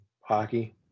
hockey